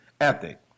ethic